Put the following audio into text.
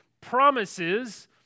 promises